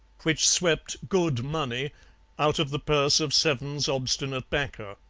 which swept good money out of the purse of seven's obstinate backer.